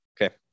Okay